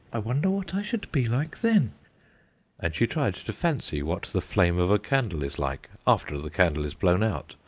i wonder what i should be like then and she tried to fancy what the flame of a candle is like after the candle is blown out,